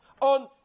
on